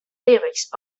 lyrics